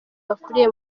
bakuriye